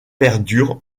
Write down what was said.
perdure